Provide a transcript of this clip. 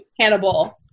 Hannibal